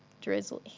drizzly